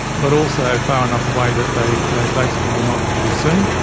but also far enough away that they basically were not to be seen.